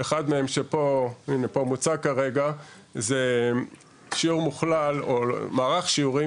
אחד מהם שפה מוצג כרגע זה שיעור מוכלל או מערך שיעורים